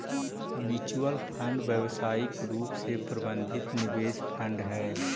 mutual fund व्यावसायिक रूप से प्रबंधित निवेश फंड हई